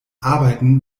arbeiten